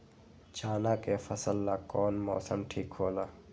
चाना के फसल ला कौन मौसम ठीक होला?